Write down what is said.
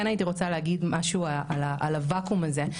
כן הייתי רוצה להגיד משהו על הוואקום הזה,